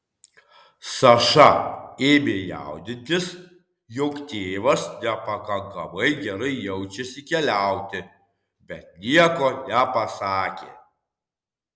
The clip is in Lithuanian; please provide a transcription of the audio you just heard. saša ėmė jaudintis jog tėvas nepakankamai gerai jaučiasi keliauti bet nieko nepasakė